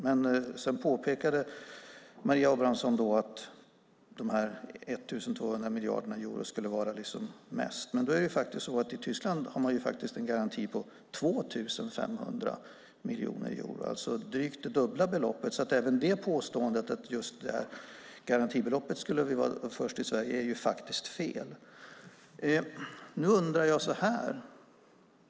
Maria Abrahamsson påpekade att dessa 1 200 miljoner euro skulle vara mest. I Tyskland har man en garanti på 2 500 miljoner euro, det vill säga drygt dubbla beloppet. Påståendet att garantibeloppet skulle vara mest i Sverige är fel.